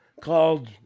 called